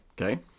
Okay